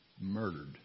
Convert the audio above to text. murdered